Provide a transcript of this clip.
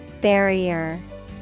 Barrier